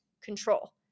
control